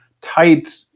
tight